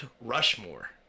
Rushmore